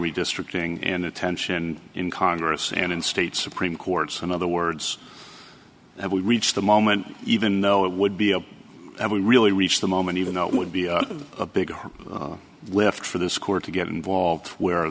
redistricting in attention in congress and in state supreme courts in other words that will reach the moment even though it would be a really reach the moment even though it would be a big lift for this court to get involved where